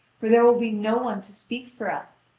for there will be no one to speak for us!